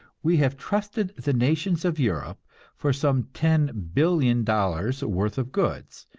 we have trusted the nations of europe for some ten billion dollars worth of goods,